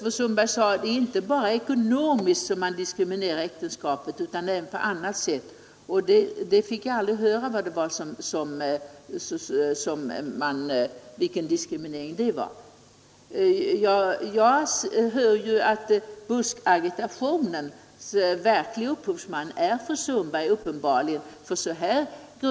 Fru Sundberg sade att man diskriminerar äktenskapet inte bara ekonomiskt utan även på annat sätt, men vi fick aldrig höra vad det var för slags diskriminering. Nu hör jag att buskagitationens verklige upphovsman uppenbarligen är fru Sundberg.